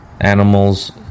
animals